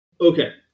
Okay